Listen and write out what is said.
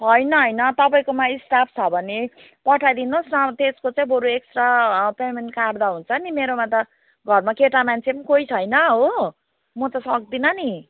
हैन हैन तपाईँकोमा स्टाफ छ भने पठाइदिनुहोस् न त्यसको चाहिँ बरु एक्स्ट्रा पेमेन्ट काट्दा हुन्छ नि मेरोमा त घरमा केटा मान्छे पनि कोही छैन हो म त सक्दिनँ नि